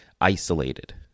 isolated